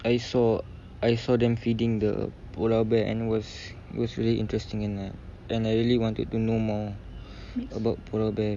I saw I saw them feeding the polar bear and was was really interesting and and I really wanted to know more about polar bear